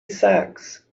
sacks